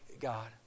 God